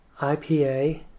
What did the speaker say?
IPA